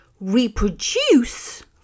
reproduce